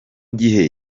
gihe